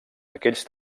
aquells